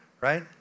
right